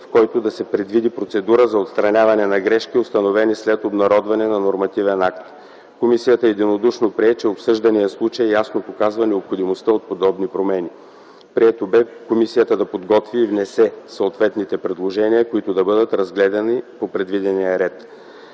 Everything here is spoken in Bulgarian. в който да се предвиди процедура за отстраняване на грешки, установени след обнародване на нормативен акт. Комисията единодушно прие, че обсъжданият случай ясно показва необходимостта от подобни промени. Прието бе комисията да подготви и внесе съответни предложения, които да бъдат разгледани по предвидения ред.